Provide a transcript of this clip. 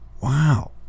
Wow